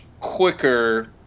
quicker